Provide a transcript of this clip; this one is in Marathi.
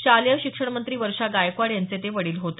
शालेय शिक्षण मंत्री वर्षा गायकवाड यांचे ते वडील होत